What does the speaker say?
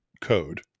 code